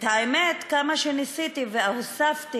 והאמת, כמה שניסיתי והוספתי